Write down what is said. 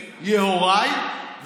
יוראי,